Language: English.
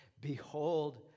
behold